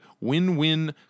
Win-Win